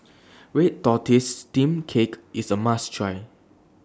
Red Tortoise Steamed Cake IS A must Try